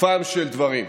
לגופם של דברים,